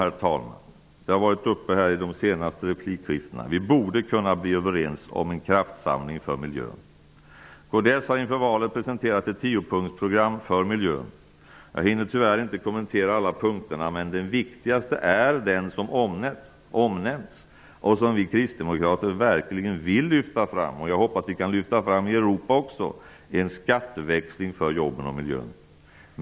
Vi borde -- det har diskuterats i de senaste replikskiftena -- bli överens om en kraftsamling för miljön. Kds har inför valet presenterat ett 10-punktsprogram för miljön. Jag hinner tyvärr inte kommentera alla punkterna. Det viktigaste är det som nämnts tidigare, vilket vi kristdemokater verkligen vill lyfta fram, även för Europa, nämligen en skatteväxling för jobben och miljön.